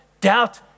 doubt